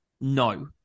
No